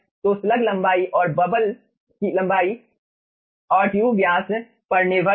तो स्लग लंबाई और बबल लंबाई और ट्यूब व्यास पर निर्भर है